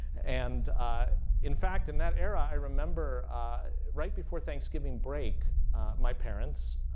and in fact, in that era, i remember right before thanksgiving break my parents,